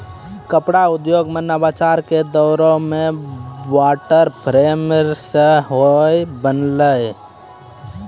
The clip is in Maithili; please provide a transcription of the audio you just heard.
कपड़ा उद्योगो मे नवाचार के दौरो मे वाटर फ्रेम सेहो बनलै